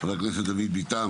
חבר הכנסת דוד ביטן,